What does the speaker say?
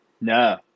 No